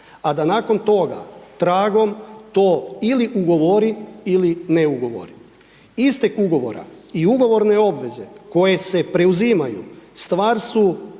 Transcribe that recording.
a da nakon toga, tragom to ili ugovori ili ne ugovori. Istek ugovora i ugovorne obveze koje se preuzimaju, stvar su